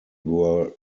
were